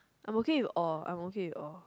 I am okay with all I am okay with all